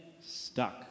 stuck